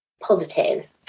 positive